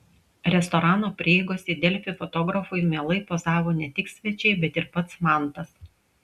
restorano prieigose delfi fotografui mielai pozavo ne tik svečiai bet ir pats mantas